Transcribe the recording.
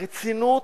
מהרצינות,